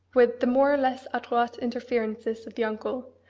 with the more or less adroit interferences of the uncle,